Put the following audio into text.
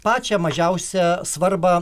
pačią mažiausią svarbą